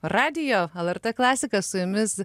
radijo lrt klasiką su jumis